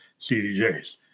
CDJs